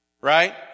Right